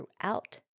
throughout